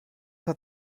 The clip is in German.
hat